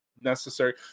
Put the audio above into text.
necessary